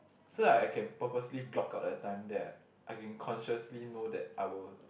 so that I can purposely block out the time that I can consciously know that I will